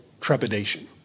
trepidation